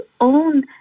own